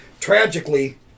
tragically